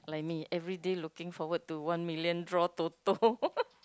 like me every day looking forward to one million draw Toto